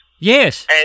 Yes